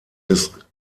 des